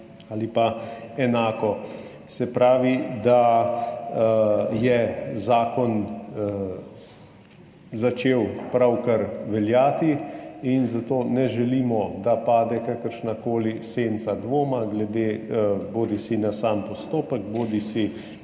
ali pa enako, se pravi, da je zakon začel pravkar veljati in zato ne želimo, da pade kakršnakoli senca dvoma bodisi na sam postopek bodisi